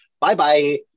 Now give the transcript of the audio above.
Bye-bye